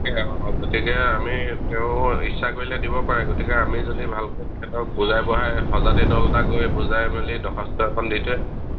অঁ গতিকে আমি তেওঁ ইচ্ছা কৰিলে দিব পাৰে গতিকে আমি যদি ভালকে তেখেতক বুজাই বঢ়াই সজাতি তল এটা গৈ বুজাই মেলি দৰ্খাস্ত এখন দি থৈ আহোঁ